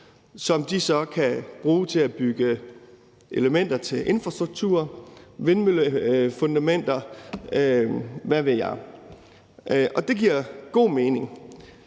som de så kan bruge til at bygge elementer til infrastruktur, vindmøllefundamenter, og hvad ved jeg. Og det giver god mening.